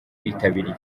bitabiriye